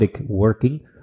working